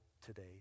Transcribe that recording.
today